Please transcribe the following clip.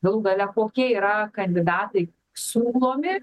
galų gale kokie yra kandidatai siūlomi